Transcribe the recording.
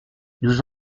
nous